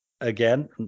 again